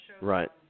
Right